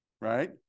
right